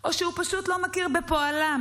או שהוא פשוט לא מכיר בפועלם?